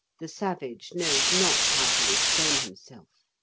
the savage knows not how to restrain himself.